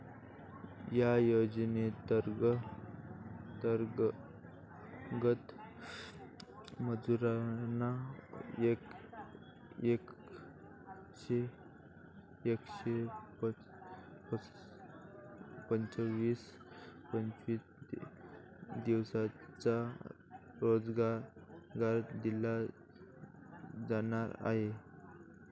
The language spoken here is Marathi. या योजनेंतर्गत मजुरांना एकशे पंचवीस दिवसांचा रोजगार दिला जाणार आहे